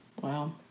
Wow